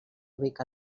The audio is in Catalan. ubica